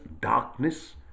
darkness